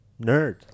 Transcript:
nerd